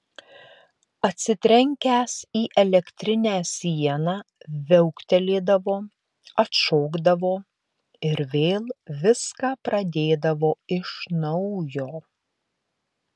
atsitrenkęs į elektrinę sieną viauktelėdavo atšokdavo ir vėl viską pradėdavo iš naujo